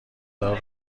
دار